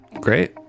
great